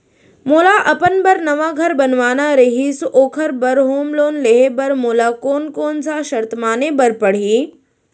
मोला अपन बर नवा घर बनवाना रहिस ओखर बर होम लोन लेहे बर मोला कोन कोन सा शर्त माने बर पड़ही?